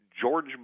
George